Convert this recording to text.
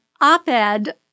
op-ed